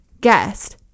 guest